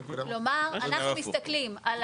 כלומר, אנחנו מסתכלים על